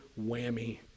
whammy